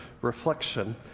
reflection